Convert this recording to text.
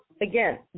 again